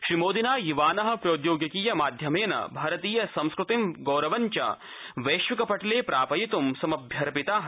श्रीमोदीना युवान प्रौद्यौगिकीय माध्यमप्त भारतीयसंस्कृति गौरवञ्च वैश्विकपटलप्रिपयितुं समभ्यर्पिता